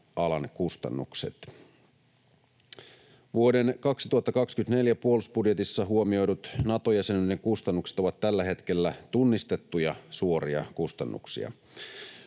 kustannukset. Vuoden 2024 puolustusbudjetissa huomioidut Nato-jäsenyyden kustannukset ovat tällä hetkellä tunnistettuja suoria kustannuksia.